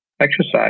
exercise